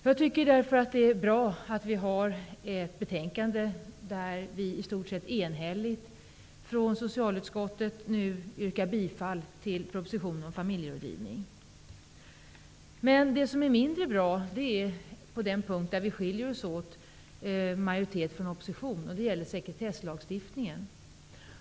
Det är därför bra att socialutskottet i stort sett är enhälligt i betänkandet och nu yrkar bifall till propositionen om familjerådgivning. Men det som är mindre bra är den punkt där majoriteten och oppositionen skiljer sig åt. Det gäller sekretesslagstiftningen.